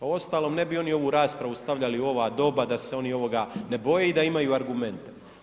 Uostalom ne bi oni ovu raspravu stavljali u ova doba da se oni ovoga ne boje i da imaju argumente.